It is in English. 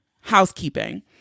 Housekeeping